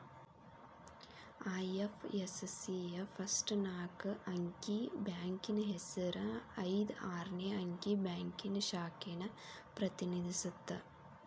IFSC ಯ first ನಾಕ್ ಅಂಕಿ ಬ್ಯಾಂಕಿನ್ ಹೆಸರ ಐದ್ ಆರ್ನೆ ಅಂಕಿ ಬ್ಯಾಂಕಿನ್ ಶಾಖೆನ ಪ್ರತಿನಿಧಿಸತ್ತ